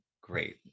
great